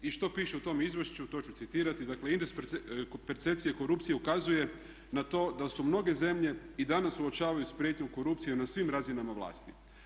I što piše u tom izvješću, to ću citirati, dakle indeks percepcije korupcije ukazuje na to da se mnoge zemlje i danas suočavaju sa prijetnjom korupcije na svim razinama vlasti.